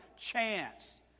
chance